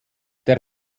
der